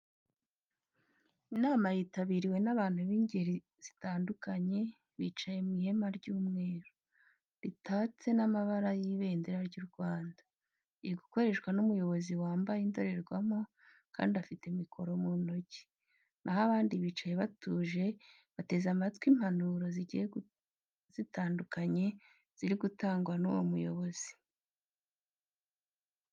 Inama yitabiriwe n'abantu b'ingeri zitandukanye bicaye mu ihema ry'umweru, ritatse n'amabara y'ibendera ry'u Rwanda. Iri gukoreshwa n'umuyobozi wambaye indorerwamo kandi afite mikoro mu ntoki, na ho abandi bicaye batuje bateze amatwi impanuro zigiye zitandukanye ziri gutangwa n'uwo muyobozi.